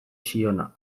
ziona